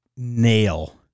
nail